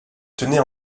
tenait